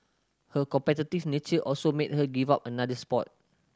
her competitive nature also made her give up another sport